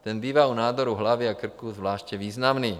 Ten bývá u nádorů hlavy a krku zvláště významný.